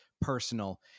personal